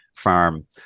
farm